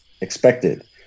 expected